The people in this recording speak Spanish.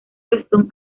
weston